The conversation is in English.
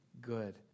good